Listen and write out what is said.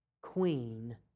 Queen